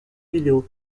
vidéo